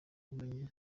ubumenyi